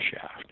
shaft